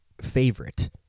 favorite